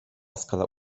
skala